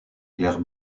claire